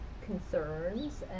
concerns